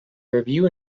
revue